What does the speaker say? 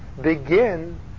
begin